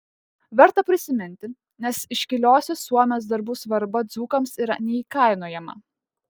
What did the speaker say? verta prisiminti nes iškiliosios suomės darbų svarba dzūkams yra neįkainojama